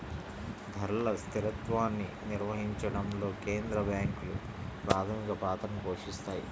ధరల స్థిరత్వాన్ని నిర్వహించడంలో కేంద్ర బ్యాంకులు ప్రాథమిక పాత్రని పోషిత్తాయి